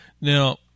now